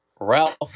Ralph